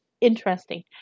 interesting